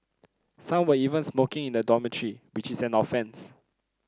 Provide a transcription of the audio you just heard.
some were even smoking in the dormitory which is an offence